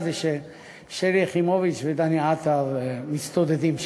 זה ששלי יחימוביץ ודני עטר מסתודדים שם.